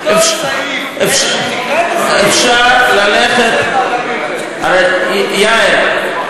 אפשר ללכת, הרי, יאיר,